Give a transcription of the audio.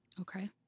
Okay